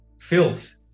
filth